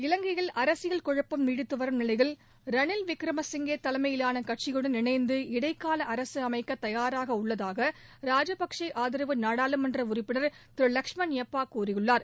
இலங்கையில் அரசியல் குழப்பம் நீடித்து வரும் நிலையில் ரணில் விக்ரமசிங்கே தலைமையிலான கட்சியுடன் இணைந்து இளடக்கால அரசு அமைக்க தயாராக உள்ளதாக ராஜப்சே ஆதரவு நாடாளுமன்ற உறுப்பினர் திரு லஷ்மண் யப்பா கூறியுள்ளார்